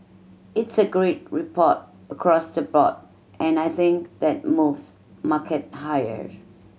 it's a great report across the board and I think that moves market higher